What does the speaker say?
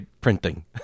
printing